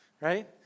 right